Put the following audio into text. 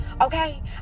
Okay